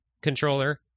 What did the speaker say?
controller